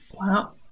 Wow